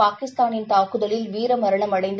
பாகிஸ்தானின் தாக்குதலில் வீரமரணம் அடைந்த